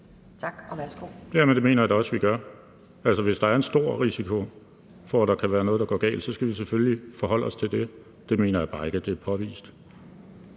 Christensen (NB): Det mener jeg da også at vi gør. Altså, hvis der er en stor risiko for, at der kan være noget, der går galt, skal vi selvfølgelig forholde os til det. Det mener jeg bare ikke er påvist.